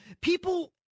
People